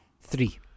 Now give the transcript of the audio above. Three